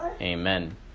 Amen